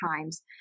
times